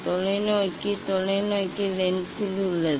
தொலைநோக்கி தொலைநோக்கி லென்ஸில் உள்ளது